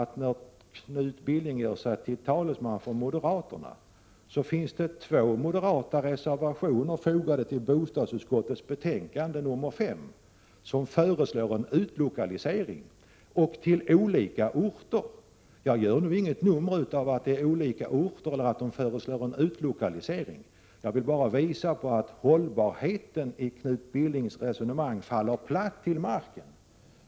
Knut Billing gör sig till talesman för moderaterna, men på goda grunder är det värt att notera att det till bostadsutskottets betänkande 5 finns två moderata reservationer i vilka föreslås en utlokalisering av verket till två olika orter. Jag gör inget nummer av det eller av att man föreslår en utlokalisering, men jag vill påvisa att Knut Billings resonemang faller platt till marken.